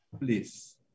Please